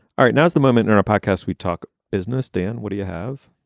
all right. now is the moment or a podcast. we talk business. dan, what do you have?